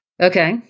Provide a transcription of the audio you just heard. Okay